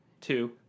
two